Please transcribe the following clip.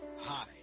Hi